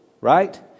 Right